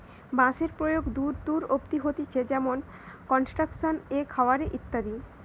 বাঁশের প্রয়োগ দূর দূর অব্দি হতিছে যেমনি কনস্ট্রাকশন এ, খাবার এ ইত্যাদি